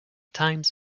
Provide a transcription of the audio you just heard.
times